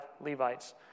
Levites